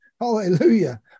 Hallelujah